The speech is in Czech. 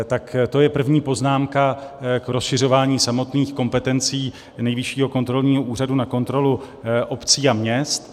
Tak to je první poznámka k rozšiřování samotných kompetencí Nejvyššího kontrolního úřadu na kontrolu obcí a měst.